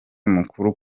mukuru